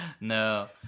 No